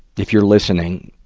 if you're listening,